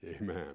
Amen